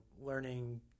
learning